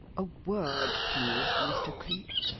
a word, please, mr. cleek,